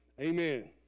Amen